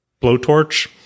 blowtorch